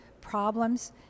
problems